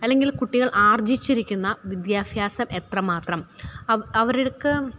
അല്ലെങ്കില് കുട്ടികള് ആര്ജ്ജിച്ചിരിക്കുന്ന വിദ്യാഭ്യാസം എത്രമാത്രം അവർക്ക്